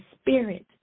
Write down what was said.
spirit